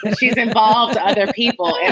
she's involved other people and